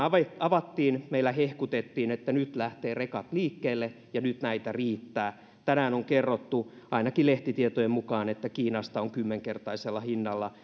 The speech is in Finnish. avattiin meillä hehkutettiin että nyt lähtevät rekat liikkeelle ja nyt näitä riittää tänään on kerrottu ainakin lehtitietojen mukaan että kiinasta on kymmenkertaisella hinnalla